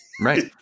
Right